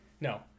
No